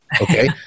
Okay